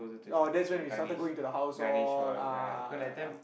oh that's when we started going to the house all ah ah ya ya